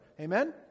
Amen